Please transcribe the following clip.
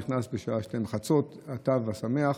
נכנס בחצות התו השמח,